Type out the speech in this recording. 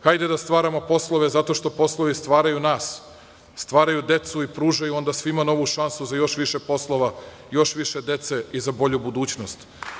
Hajde da stvaramo poslove zato što poslovi stvaraju nas, stvaraju decu i pružaju svima novu šansu za još više poslova, još više dece za bolju budućnost.